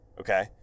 Okay